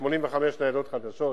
85 ניידות חדשות,